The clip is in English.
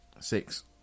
Six